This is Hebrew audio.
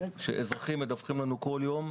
שאזרחים מדווחים לנו בכל יום.